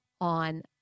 on